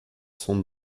sont